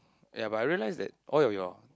yea but I realize that all your your